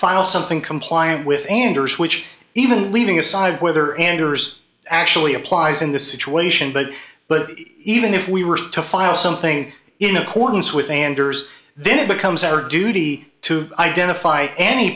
file something compliant with anders which even leaving aside whether anders actually applies in this situation but but even if we were to file something in accordance with anders then it becomes our duty to identify any